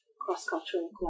cross-cultural